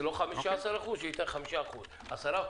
אם לא 15% אז שייתן 5% או 10%,